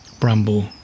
bramble